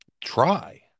try